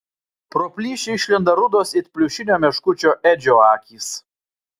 pro plyšį išlenda rudos it pliušinio meškučio edžio akys